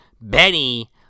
Benny